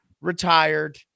retired